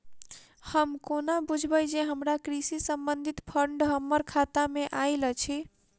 हम कोना बुझबै जे हमरा कृषि संबंधित फंड हम्मर खाता मे आइल अछि?